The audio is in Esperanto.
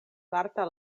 marta